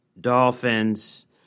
dolphins